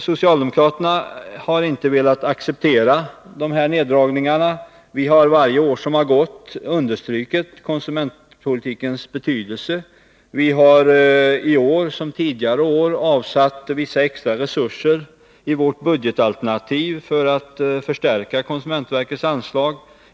Socialdemokraterna har inte velat acceptera dessa neddragningar. Vi har varje år som har gått understrukit konsumentpolitikens betydelse. Vi hari år, som tidigare år, i vårt budgetalternativ avsatt vissa extra resurser för att förstärka konsumentverkets anslag.